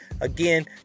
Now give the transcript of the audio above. Again